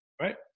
right